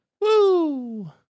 Woo